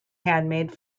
handmade